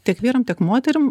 tiek vyram tiek moterim